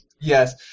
Yes